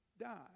die